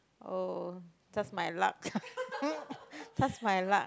oh just my luck just my luck